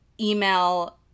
email